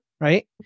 right